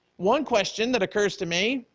one question that occurs to me,